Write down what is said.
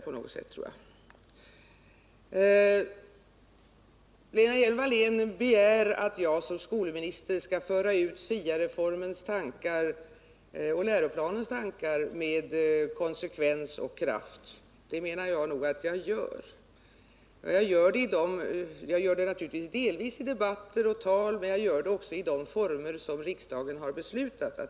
Lena Hjelm-Wallén begär att jag i egenskap av skolminister skall föra ut SIA-reformens tankar och även läroplanens tankar med konsekvens och kraft. Det menar jag nog att jag gör. Jag gör det naturligtvis i debatter och tal men också i de former som riksdagen har beslutat om.